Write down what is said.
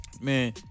man